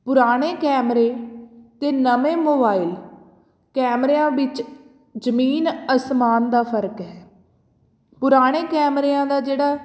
ਪੁਰਾਣੇ ਕੈਮਰੇ ਅਤੇ ਨਵੇਂ ਮੋਬਾਈਲ ਕੈਮਰਿਆਂ ਵਿੱਚ ਜ਼ਮੀਨ ਅਸਮਾਨ ਦਾ ਫਰਕ ਹੈ ਪੁਰਾਣੇ ਕੈਮਰਿਆਂ ਦਾ ਜਿਹੜਾ